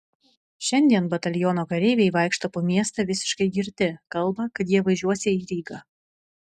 šiandien bataliono kareiviai vaikšto po miestą visiškai girti kalba kad jie važiuosią į rygą